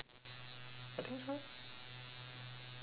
I think so